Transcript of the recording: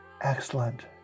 excellent